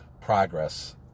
progress